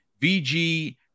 VG